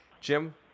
Jim